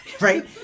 right